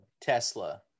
Tesla